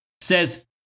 says